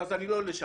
אז אני לא לשם,